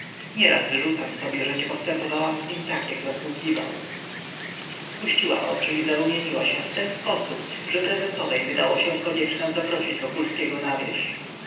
nieraz wyrzucam sobie że nie postępowałam z nim tak jak zasługiwał spuściła oczy i zarumieniła się w ten sposób że prezesowej wydało się koniecznem zaprosić wokulskiego na wieś